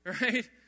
right